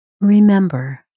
Remember